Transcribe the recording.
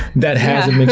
that hasn't been